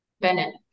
Bennett